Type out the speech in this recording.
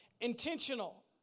Intentional